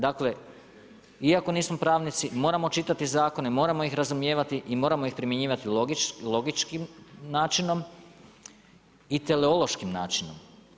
Dakle, iako nismo pravnici, moramo čitati zakone, moramo ih razumijevati i moramo ih primjenjivati logičkim načinom i teološkim načinom.